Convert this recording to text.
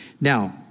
Now